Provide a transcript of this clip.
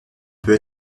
peut